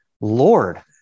Lord